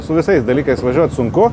su visais dalykais važiuot sunku